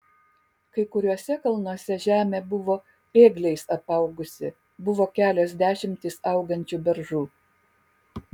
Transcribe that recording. kai kuriuose kalnuose žemė buvo ėgliais apaugusi buvo kelios dešimtys augančių beržų